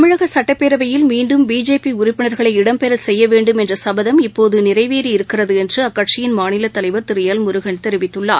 தமிழக சுட்டப்பேரவையில் மீண்டும் பிஜேபி உறுப்பினர்களை இடம்பெறச் செய்ய வேண்டும் என்ற சபதம் இப்போது நிறைவேறியிருக்கிறது என்று அக்கட்சியின் மாநில தலைவர் திரு எல் முருகன் தெரிவித்துள்ளார்